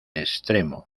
extremo